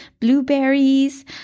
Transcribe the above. blueberries